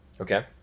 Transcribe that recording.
Okay